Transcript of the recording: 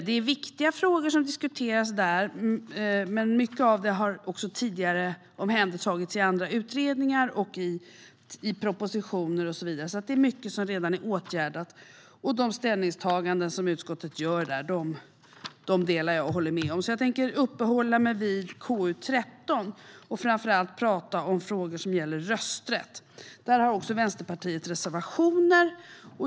Det är viktiga frågor som diskuteras i betänkandet, men mycket av detta har också tidigare behandlats av andra utredningar, i propositioner och så vidare. Mycket är alltså redan åtgärdat. De ställningstaganden som utskottet gör instämmer jag i. Jag tänker uppehålla mig vid KU13 och framför allt ta upp frågor som gäller rösträtt. Där har Vänsterpartiet reservationer.